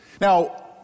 Now